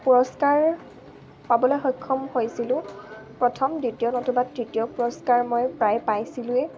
পুৰস্কাৰ পাবলৈ সক্ষম হৈছিলোঁ প্ৰথম দ্বিতীয় নতুবা তৃতীয় পুৰস্কাৰ মই প্ৰায় পাইছিলোৱেই